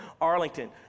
arlington